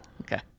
okay